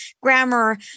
grammar